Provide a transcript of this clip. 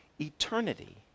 eternity